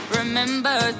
remember